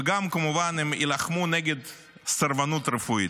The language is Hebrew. וגם כמובן הם יילחמו נגד סרבנות רפואית.